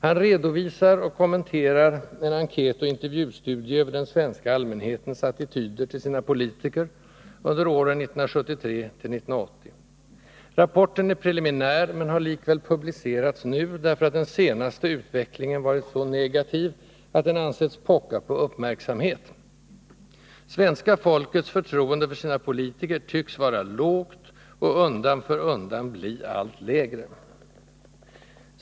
Han redovisar och kommenterar en enkätoch intervjustudie över den svenska allmänhetens attityder till sina politiker åren 1973-1980. Rapporten är preliminär, men har likväl publicerats nu, därför att den senaste utvecklingen varit så negativ att den anses pocka på uppmärksamhet. Svenska folkets förtroende för sina politiker tycks vara lågt och undan för undan bli allt lägre.